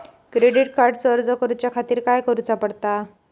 Credit कार्डचो अर्ज करुच्या खातीर काय करूचा पडता?